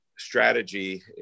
strategy